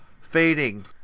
fading